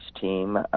team